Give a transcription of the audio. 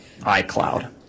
iCloud